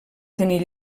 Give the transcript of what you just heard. tenir